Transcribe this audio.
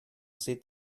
cet